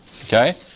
Okay